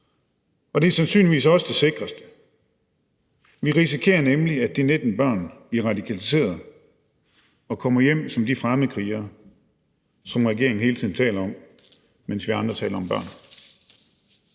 og det er sandsynligvis også det sikreste. Vi risikerer nemlig, at de 19 børn bliver radikaliseret og kommer hjem som de fremmedkrigere, som regeringen hele tiden taler om, mens vi andre taler om børn.